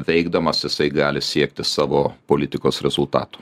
veikdamas jisai gali siekti savo politikos rezultatų